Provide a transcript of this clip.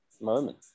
moment